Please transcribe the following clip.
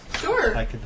Sure